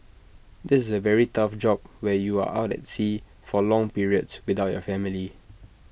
this is A very tough job where you are out at sea for long periods without your family